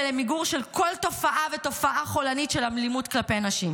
ולמיגור של כל תופעה ותופעה חולנית של אלימות כלפי נשים.